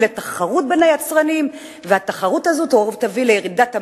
לתחרות בין היצרנים והתחרות הזאת תביא לירידת המחירים.